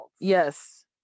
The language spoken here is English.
Yes